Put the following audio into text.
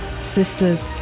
sisters